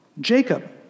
Jacob